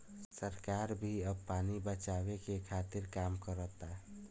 सरकार भी अब पानी बचावे के खातिर काम करता